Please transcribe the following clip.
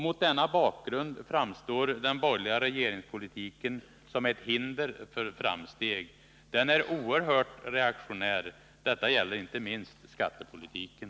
Mot denna bakgrund framstår den borgerliga regeringspolitiken som ett hinder för framsteg. Den är oerhört reaktionär. Detta gäller inte minst skattepolitiken.